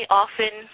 often